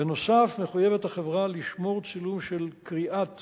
בנוסף, מחויבת החברה לשמור צילום של קריאת